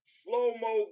slow-mo